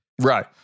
Right